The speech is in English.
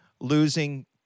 losing